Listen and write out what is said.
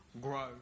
grow